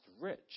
rich